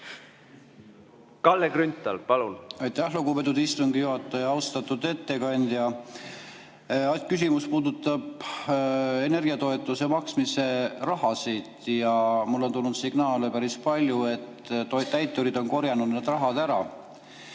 Kalle Grünthal, palun!